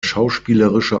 schauspielerische